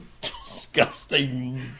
disgusting